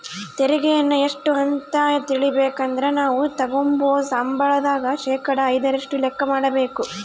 ತೆರಿಗೆಯನ್ನ ಎಷ್ಟು ಅಂತ ತಿಳಿಬೇಕಂದ್ರ ನಾವು ತಗಂಬೋ ಸಂಬಳದಾಗ ಶೇಕಡಾ ಐದರಷ್ಟು ಲೆಕ್ಕ ಮಾಡಕಬೇಕು